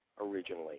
originally